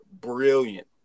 Brilliant